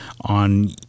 on